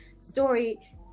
story